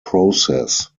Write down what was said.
process